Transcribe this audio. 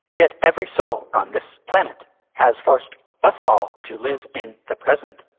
yet every sol on this planet has forced us all to live in the present.